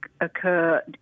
occur